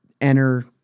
Enter